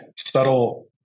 subtle